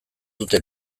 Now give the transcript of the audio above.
dute